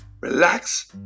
relax